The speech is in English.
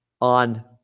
on